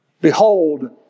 Behold